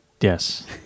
Yes